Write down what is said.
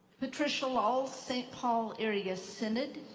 patricia lull, st. paul area synod.